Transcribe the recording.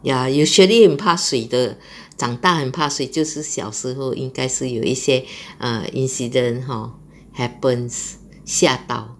ya usually 很怕水的长大很怕水就是小时候应该是有一些 err incident hor happens 吓到